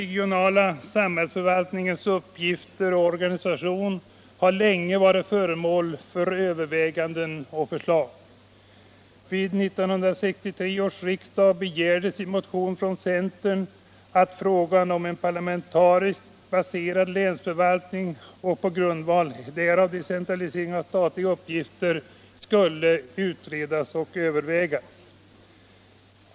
länge varit föremål för överväganden och förslag. Vid 1963 års riksdag begärdes i en motion från centern att frågan om en parlamentariskt baserad länsförvaltning och på grundval därav decentralisering av statliga uppgifter skulle utredas och övervägas.